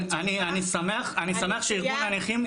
אני שמח שארגון הנכים,